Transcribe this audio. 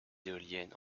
éoliennes